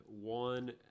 one